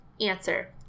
Answer